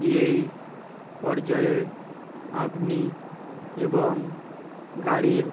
এই এই পর্যায়ে আপনি এবং গাড়ির